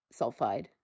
sulfide